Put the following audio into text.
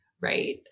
Right